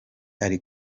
ari